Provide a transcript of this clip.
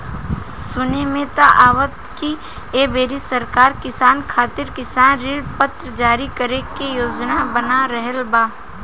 सुने में त आवता की ऐ बेरी सरकार किसान खातिर किसान ऋण पत्र जारी करे के योजना बना रहल बा